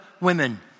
women